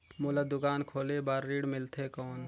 मोला दुकान खोले बार ऋण मिलथे कौन?